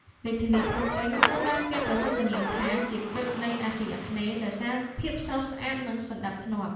រាជធានីភ្នំពេញត្រូវបានគេប្រសិទ្ធនាមថាជា "គុជនៃអាស៊ីអាគ្នេយ៍" ដោយសារភាពស្រស់ស្អាត និងសណ្តាប់ធ្នាប់។